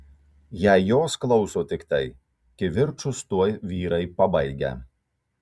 jei jos klauso tiktai kivirčus tuoj vyrai pabaigia